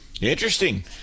Interesting